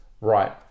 right